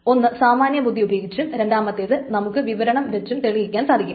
ഒന്ന് സാമാന്യബുദ്ധി ഉപയോഗിച്ചും രണ്ടാമത്തേത് നമുക്ക് വിവരണം വച്ചും തെളിയിക്കാൻ സാധിക്കും